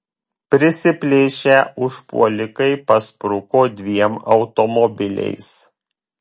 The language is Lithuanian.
prisiplėšę užpuolikai paspruko dviem automobiliais